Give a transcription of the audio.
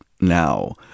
now